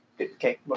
Okay